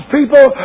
people